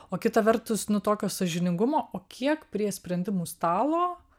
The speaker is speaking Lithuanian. o kita vertus nu tokio sąžiningumo o kiek prie sprendimų stalo